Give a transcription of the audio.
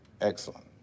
Excellent